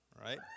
right